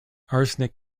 arsenic